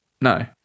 no